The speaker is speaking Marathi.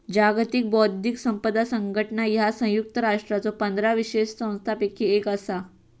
जागतिक बौद्धिक संपदा संघटना ह्या संयुक्त राष्ट्रांच्यो पंधरा विशेष संस्थांपैकी एक असा